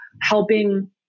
helping